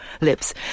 lips